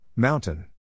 Mountain